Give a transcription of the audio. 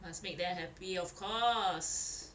must make them happy of course